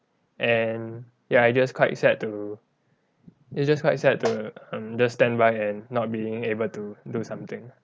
and ya it's just quite sad to it's just quite sad to um just stand by and not being able to do something